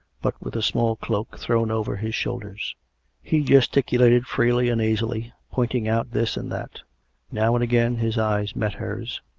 but with a small cloak thrown over his shoulders he gesticulated freely and easily, pointing out this and that now and again his eyes met hers,